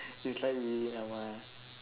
it's like we